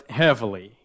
heavily